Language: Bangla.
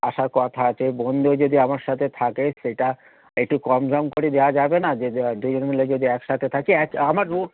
আসার কথা আছে বন্ধু যদি আমার সাথে থাকে সেটা একটু কম টম করে দেওয়া যাবে না যে দুজন মিলে যদি একসাথে থাকি এক আমার রুম